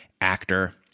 actor